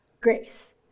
grace